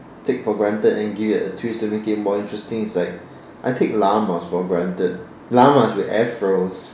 take for granted and give it a twist to make it more interesting is like I take llamas for granted llamas with Afros